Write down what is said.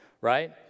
right